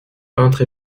peintre